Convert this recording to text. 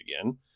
again